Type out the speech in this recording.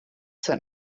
sent